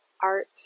art